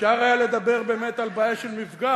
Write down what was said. אפשר היה לדבר באמת על בעיה של מפגע,